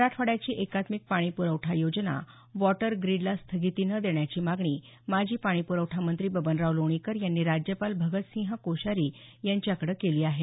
मराठवाड्याची एकात्मिक पाणी प्रवठा योजना वॉटरग्रीडला स्थगिती न देण्याची मागणी माजी पाणीप्रवठा मंत्री बबनराव लोणीकर यांनी राज्यपाल भगतसिंह कोश्यारी यांच्या कडे केली आहे